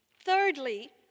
Thirdly